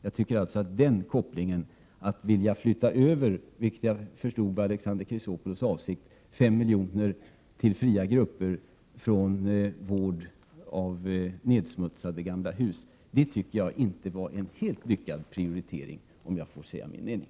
Jag tycker alltså att kopplingen mellan att vilja flytta över 5 milj.kr. från vård av gamla nedsmutsade hus till fria grupper, vilket jag förstod var Alexander Chrisopoulos avsikt, inte var en helt lyckad prioritering, om jag får säga min mening.